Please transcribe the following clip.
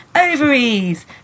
ovaries